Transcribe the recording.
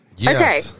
Okay